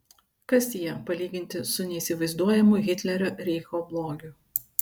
kas jie palyginti su neįsivaizduojamu hitlerio reicho blogiu